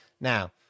Now